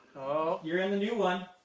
you're in the new one.